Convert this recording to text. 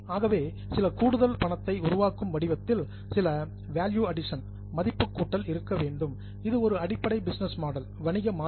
ஆகவே சில கூடுதல் பணத்தை உருவாக்கும் வடிவத்தில் சில வேல்யூ அடிசன் மதிப்புக்கூட்டல் இருக்க வேண்டும் இது ஒரு அடிப்படை பிசினஸ் மாடல் வணிக மாதிரி